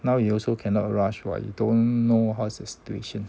now you also cannot rush what you don't know how's the situation